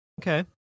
Okay